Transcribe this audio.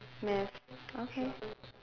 math okay